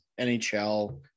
NHL